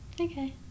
Okay